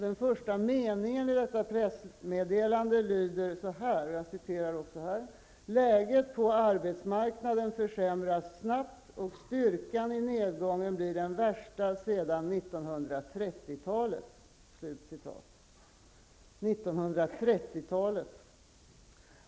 Den första meningen i pressmeddelandet lyder: ''Läget på arbetsmarknaden försämras snabbt och styrkan i nedgången blir den värsta sedan 1930-talet.''